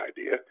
idea